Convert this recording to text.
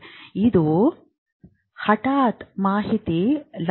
ಇದು ಹಠಾತ್ ಮಾಹಿತಿಯ ಲಭ್ಯತೆ